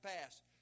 past